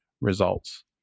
results